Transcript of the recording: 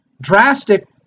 drastic